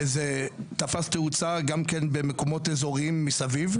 וזה תפס תאוצה גם כן במקומות אזוריים מסביב,